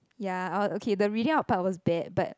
ya I okay the reading out part was bad but